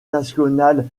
national